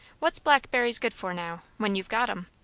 what's blackberries good for, now, when you've got em?